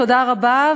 תודה רבה,